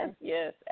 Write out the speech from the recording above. Yes